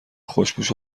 خوشپوش